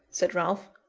said ralph,